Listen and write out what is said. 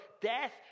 death